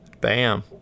bam